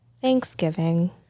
Thanksgiving